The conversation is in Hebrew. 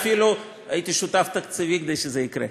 אני אפילו הייתי שותף תקציבי כדי שזה יקרה.